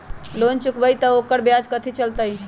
Loan चुकबई त ओकर ब्याज कथि चलतई?